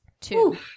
Two